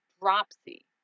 dropsy